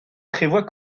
prévoit